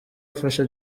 afasha